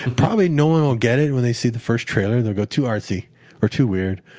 probably no one will get it when they see the first trailer. they'll go, too artsy or too weird.